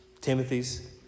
Timothy's